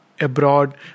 abroad